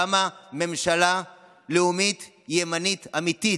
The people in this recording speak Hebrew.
קמה ממשלה לאומית ימנית אמיתית.